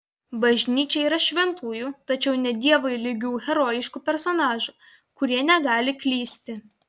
bažnyčia yra šventųjų tačiau ne dievui lygių herojiškų personažų kurie negali klysti